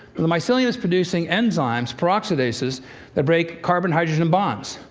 and the mycelium is producing enzymes peroxidases that break carbon-hydrogen bonds.